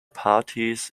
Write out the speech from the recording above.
parties